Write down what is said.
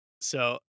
So-